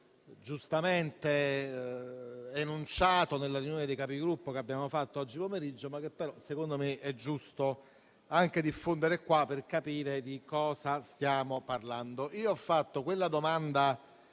giustamente enunciato nella riunione dei Capigruppo che abbiamo fatto oggi pomeriggio, ma che reputo giusto diffondere anche qua per capire di cosa stiamo parlando. Io ho fatto quella domanda